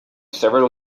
several